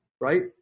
right